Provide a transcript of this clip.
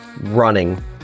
running